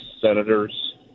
senators